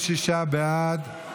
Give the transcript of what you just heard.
36 בעד,